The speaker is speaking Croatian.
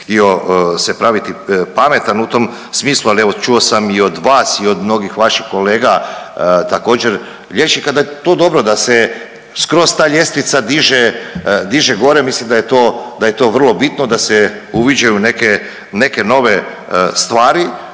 htio se praviti pametan u tom smislu, ali evo čuo sam i od vas i od mnogih vaših kolega također liječnika da je to dobro da se skroz ta ljestvica diže gore. Mislim da je to vrlo bitno da se uviđaju neke nove stvari.